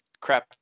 crap